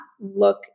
look